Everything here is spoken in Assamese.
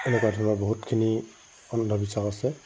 এনেকুৱা ধৰণৰ বহুতখিনি অন্ধবিশ্বাস আছে